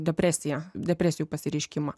depresiją depresijų pasireiškimą